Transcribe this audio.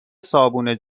صابون